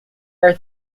are